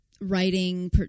writing